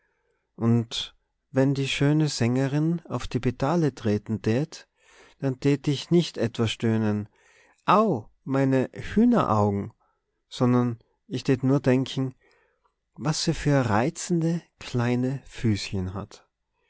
und wenn die schöne sängerin auf die pedale treten tät dann tät ich nicht etwa stöhnen au meine hühneraugen sondern ich tät nur denken was se für reizende kleine füßchen hat